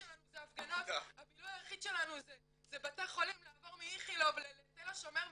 זה בילינסון, איכילוב, תל השומר,